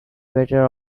better